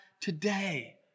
today